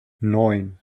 neun